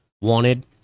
wanted